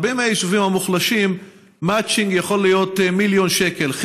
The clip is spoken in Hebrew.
בהרבה מהיישובים המוחלשים מצ'ינג יכול להיות 1 מיליון שקל,